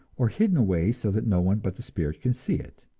or hidden away so that no one but the spirit can see it.